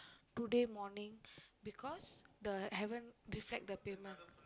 today morning because the haven't reflect the payment